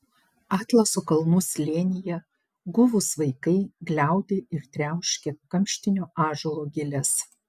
atlaso kalnų slėnyje guvūs vaikai gliaudė ir triauškė kamštinio ąžuolo giles